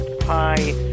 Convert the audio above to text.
Hi